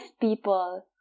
people